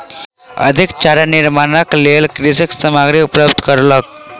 अधिक चारा निर्माणक लेल कृषक सामग्री उपलब्ध करौलक